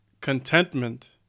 contentment